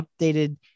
updated